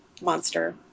monster